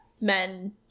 men